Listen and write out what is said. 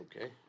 Okay